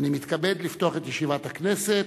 אני מתכבד לפתוח את ישיבת הכנסת.